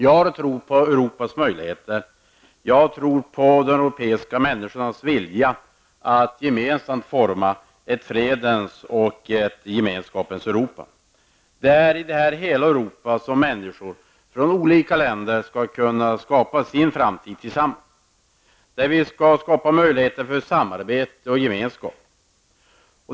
Jag tror på Europas möjligheter, jag tror på de europeiska människornas vilja att gemensamt forma ett fredens och ett gemenskapens Europa. Det är i detta hela Europa som människor från olika länder skall kunna skapa sin framtid tillsammans, skapa möjligheter för samarbete och gemenskap.